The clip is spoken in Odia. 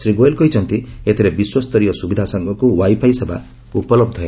ଶ୍ରୀ ଗୋୟଲ୍ କହିଛନ୍ତି ଏଥିରେ ବିଶ୍ୱସ୍ତରୀୟ ସ୍ୱବିଧା ସାଙ୍ଗକୁ ୱାଇଫାଇ ସେବା ଉପଲବ୍ଧ ହେବ